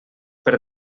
per